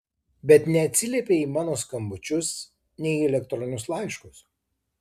bet neatsiliepei į mano skambučius nei į elektroninius laiškus